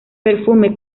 perfume